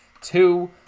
two